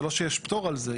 זה לא שיש פטור על זה,